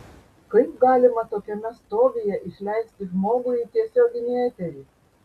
kaip galima tokiame stovyje išleisti žmogų į tiesioginį eterį